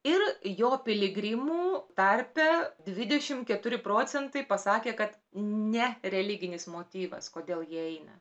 ir jo piligrimų tarpe dvidešimt keturi procentai pasakė kad ne religinis motyvas kodėl jie eina